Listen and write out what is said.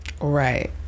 right